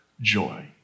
joy